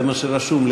זה מה שרשום לי.